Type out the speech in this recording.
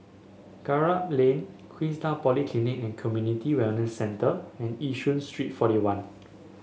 Kramat Lane Queenstown Polyclinic and Community Wellness Centre and Yishun Street Forty one